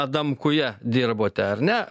adamkuje dirbote ar ne